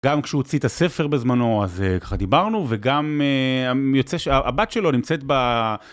גם כשהוא הוציא את הספר בזמנו, אז ככה דיברנו, וגם יוצא, שהבת שלו נמצאת ב...